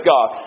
God